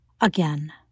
Again